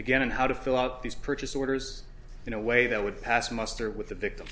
again and how to fill out these purchase orders in a way that would pass muster with the victim